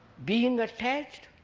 being attached,